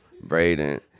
Braden